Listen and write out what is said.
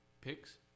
picks